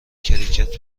کریکت